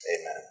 Amen